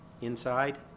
inside